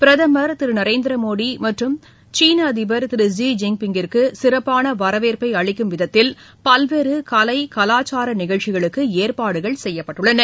பிரதமர் திருநரேந்திரமோடிமற்றும் சீனஅதிபர் திரு ஸி ஜின்பிய் கிற்குசிறப்பானவரவேற்பைஅளிக்கும் விதத்தில் பல்வேறுகலை கலாச்சாரநிகழ்ச்சிகளுக்குஏற்பாடுகள் செய்யப்பட்டுள்ளன